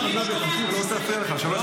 מה הייתם עושים אם לא היה לכם ביבי?